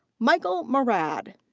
michael morad.